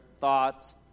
thoughts